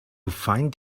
find